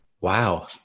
Wow